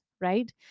Right